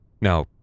Now